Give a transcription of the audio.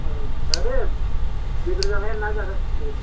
औ जागोन दे बेदर जालाया ना जागोन दे